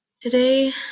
Today